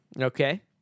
okay